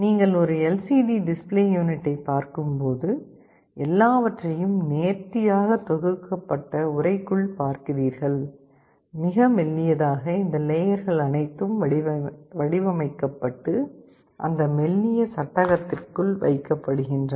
நீங்கள் ஒரு LCD display யூனிட்டைப் பார்க்கும்போது எல்லாவற்றையும் நேர்த்தியாக தொகுக்கப்பட்ட உறைக்குள் பார்க்கிறீர்கள் மிக மெல்லியதாக இந்த லேயர்கள் அனைத்தும் வடிவமைக்கப்பட்டு அந்த மெல்லிய சட்டகத்திற்குள் வைக்கப்படுகின்றன